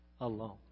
alone